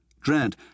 dread